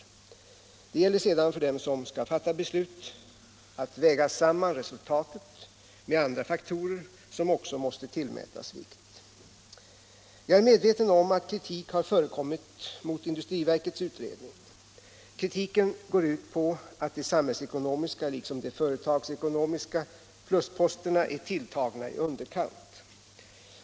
Det gäller sedan för dem som skall fatta beslut att väga samman resultatet med andra faktorer som också måste tillmätas vikt. Jag är medveten om att kritik har förekommit mot industriverkets utredning. Kritiken går ut på att de samhällsekonomiska liksom de företagsekonomiska plusposterna är tilltagna i underkant.